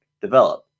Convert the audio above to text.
develop